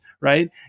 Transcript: right